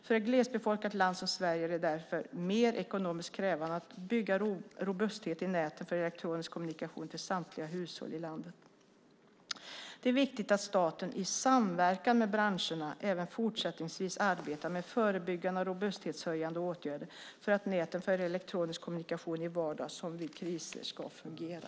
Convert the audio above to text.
För ett glesbefolkat land som Sverige är det därför mer ekonomiskt krävande att bygga robusthet i näten för elektronisk kommunikation till samtliga hushåll i landet. Det är viktigt att staten i samverkan med branscherna även fortsättningsvis arbetar med förebyggande och robusthetshöjande åtgärder för att näten för elektronisk kommunikation i vardag som vid kriser ska fungera.